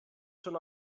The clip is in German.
schon